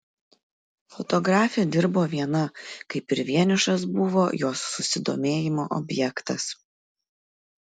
fotografė dirbo viena kaip ir vienišas buvo jos susidomėjimo objektas